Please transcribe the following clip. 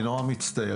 אני נורא מצטער.